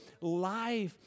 life